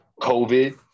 COVID